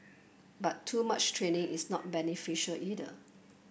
but too much training is not beneficial either